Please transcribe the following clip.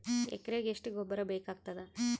ಎಕರೆಗ ಎಷ್ಟು ಗೊಬ್ಬರ ಬೇಕಾಗತಾದ?